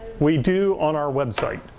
we do on our website.